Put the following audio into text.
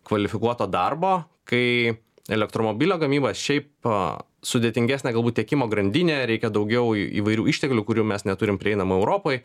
kvalifikuoto darbo kai elektromobilio gamyba šiaip sudėtingesnė galbūt tiekimo grandinė reikia daugiau įvairių išteklių kurių mes neturim prieinamų europoje